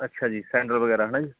ਅੱਛਾ ਜੀ ਸੈਂਡਲ ਵਗੈਰਾ ਹੈ ਨਾ ਜੀ